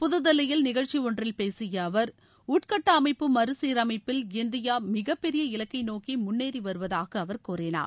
புது தில்லியில் நிகழ்ச்சி ஒன்றில் பேசிய அவர் உட்கட்ட அமைப்பு மறு சீரமைப்பில் இந்தியா மிகப்பெரிய இலக்கை நோக்கி முன்னேறி வருவதாக அவர் கூறினார்